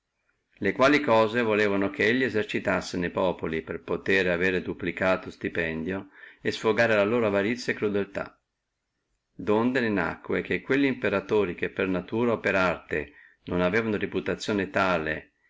le quali cose volevano che lui esercitassi ne populi per potere avere duplicato stipendio e sfogare la loro avarizia e crudeltà le quali cose feciono che quelli imperatori che per natura o per arte non aveano una grande reputazione tale